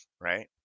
right